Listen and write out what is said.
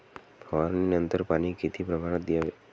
फवारणीनंतर पाणी किती प्रमाणात द्यावे?